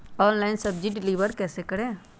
Online सब्जी deliver कैसे करें?